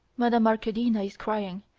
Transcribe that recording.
madame arkadina is crying,